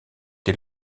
des